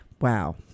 Wow